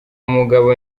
mugabo